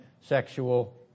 sexual